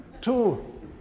two